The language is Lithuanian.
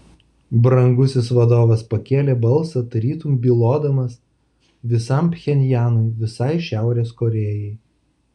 brangusis vadovas pakėlė balsą tarytum bylodamas visam pchenjanui visai šiaurės korėjai